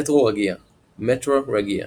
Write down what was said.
מטרורגיה - metrorrhgia